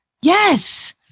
Yes